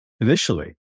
initially